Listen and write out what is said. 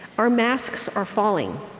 our masks are falling.